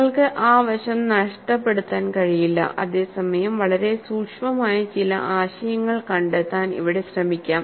നിങ്ങൾക്ക് ആ വശം നഷ്ടപ്പെടുത്താൻ കഴിയില്ല അതേസമയം വളരെ സൂക്ഷ്മമായ ചില ആശയങ്ങൾ കണ്ടെത്താൻ ഇവിടെ ശ്രമിക്കാം